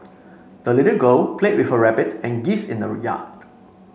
the little girl played with her rabbit and geese in the yard